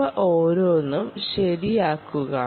അവ ഓരോന്നും ശരിയാക്കുക